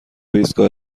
ایستگاه